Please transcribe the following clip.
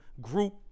group